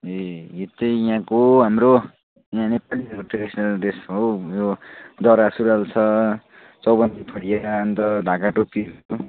ए यो चाहिँ यहाँको हाम्रो यहाँ नेपालीहरूको ट्रेडिसनल ड्रेस हो यो दौरा सुरुवाल छ चौबन्दी फरिया अन्त ढाका टोपी